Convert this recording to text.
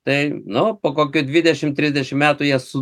tai nu po kokių dvidešimt trisdešimt metų jie